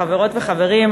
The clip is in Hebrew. חברות וחברים,